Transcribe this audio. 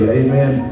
amen